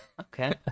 Okay